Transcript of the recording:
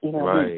Right